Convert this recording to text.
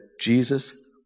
Jesus